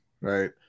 right